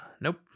Nope